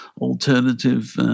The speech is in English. Alternative